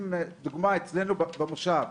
אם לדוגמא אצלנו במושב,